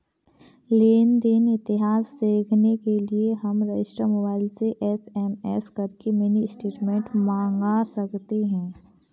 लेन देन इतिहास देखने के लिए हम रजिस्टर मोबाइल से एस.एम.एस करके मिनी स्टेटमेंट मंगा सकते है